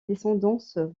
descendance